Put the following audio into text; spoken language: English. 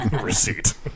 receipt